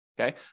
Okay